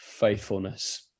faithfulness